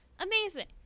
Amazing